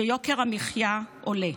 שבה יוקר המחיה עולה.